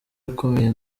ikomeye